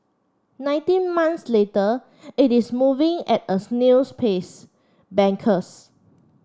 nineteen months later it is moving at a snail's pace bankers